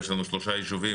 יש לנו שלושה יישובים,